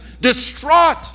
distraught